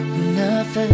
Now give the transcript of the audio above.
enough